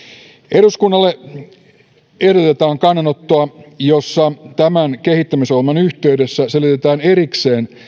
eduskunnalle ehdotetaan kannanottoa jossa tämän kehittämisohjelman yhteydessä selvitetään erikseen